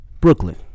Brooklyn